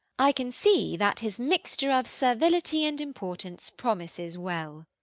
i can see that his mixture of servility and importance promises well.